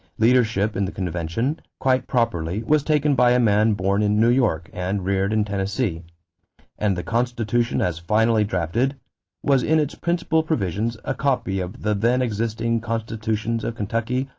leadership in the convention, quite properly, was taken by a man born in new york and reared in tennessee and the constitution as finally drafted was in its principal provisions a copy of the then existing constitutions of kentucky,